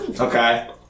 Okay